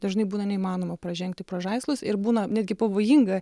dažnai būna neįmanoma pražengti pro žaislus ir būna netgi pavojinga